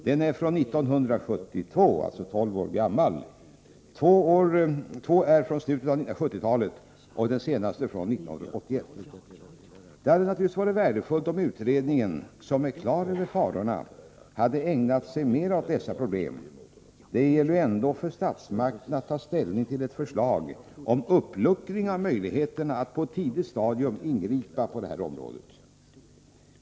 Den är från 1972, alltså tolv år gammal, två är från slutet av 1970-talet och den senaste från 1981. Det hade naturligtvis varit värdefullt om utredningen — som är på det klara med farorna — hade ägnat sig mer åt dessa problem. Det gäller ju ändå för statsmakterna att ta ställning till ett förslag om uppluckring av möjligheterna att på ett tidigt stadium ingripa på detta område.